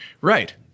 Right